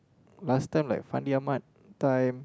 last time like Fandi-Ahmad that time